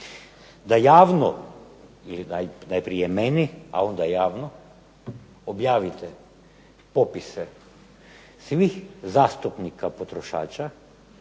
da javno ili najprije meni, a onda javno objavite popise svih zastupnika potrošača